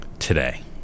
today